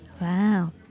Wow